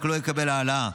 רק לא יקבל העלאה.